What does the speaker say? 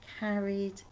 carried